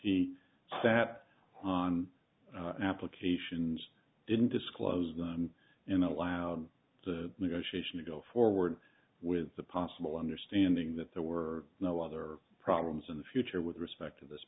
t sat on applications didn't disclose them in allowed the negotiation to go forward with the possible understanding that there were no other problems in the future with respect to this